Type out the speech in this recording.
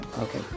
okay